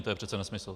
To je přece nesmysl.